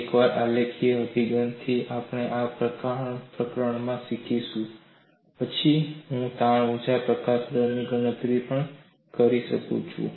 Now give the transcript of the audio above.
એકવાર આલેખીય અભિગમથી આપણે આ પ્રકરણમાં શીખીશું પછી હું તાણ ઊર્જા પ્રકાશન દરની ગણતરી પણ કરી શકું છું